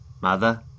Mother